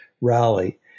Rally